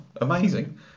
Amazing